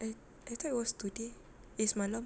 I I thought it was today eh semalam